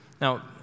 Now